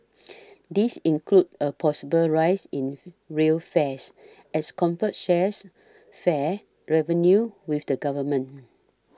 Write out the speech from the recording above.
these include a possible rise in rail fares as Comfort shares fare revenue with the Government